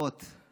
לפחות את